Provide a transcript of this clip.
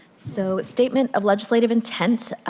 so, statement of legislative intent,